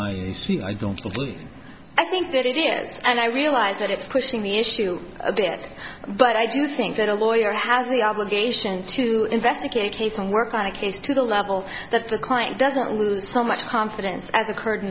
i don't i think that it is and i realize that it's pushing the issue a bit but i do think that a lawyer has the obligation to investigate a case and work on a case to the level that the client doesn't lose so much confidence as occurred in